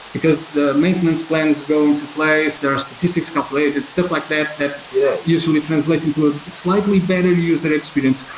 because the maintenance plans are going to place, there are statistics copulated, stuff like that that yeah usually translate into a slightly better user experience.